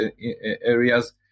areas